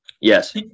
Yes